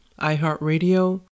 iHeartRadio